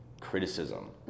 criticism